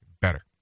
better